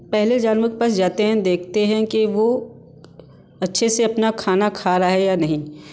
पहले जानवरों के पास जाते हैं देखते हैं कि वो अच्छे से अपना खाना खा रहा है या नहीं